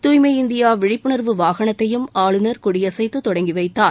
தூய்மை இந்தியா விழிப்புணர்வு வாகனத்தையும் ஆளுநர் கொடியைசைத்து தொடங்கிவைத்தார்